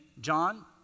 John